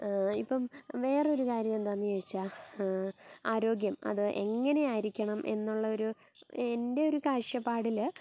ഇപ്പം വേറൊരു കാര്യം എന്താണെന്ന് ചോദിച്ചാൽ ആരോഗ്യം അത് എങ്ങനെ ആയിരിക്കണം എന്നുള്ളൊരു എൻ്റെ ഒരു കാഴ്ചപ്പാടിൽ